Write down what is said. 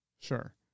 Sure